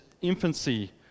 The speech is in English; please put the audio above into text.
infancy